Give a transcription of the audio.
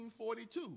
1942